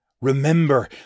Remember